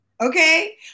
Okay